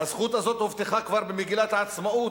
הזכות הזאת הובטחה כבר במגילת העצמאות,